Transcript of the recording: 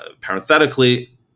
Parenthetically